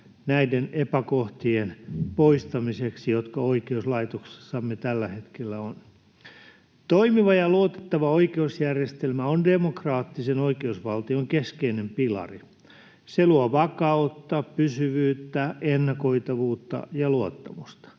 näiden epäkohtien poistamiseksi, jotka oikeuslaitoksessamme tällä hetkellä on. Toimiva ja luotettava oikeusjärjestelmä on demokraattisen oikeusvaltion keskeinen pilari. Se luo vakautta, pysyvyyttä, ennakoitavuutta ja luottamusta.